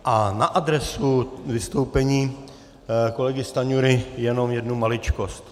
A na adresu vystoupení kolegy Stanjury jenom jednu maličkost.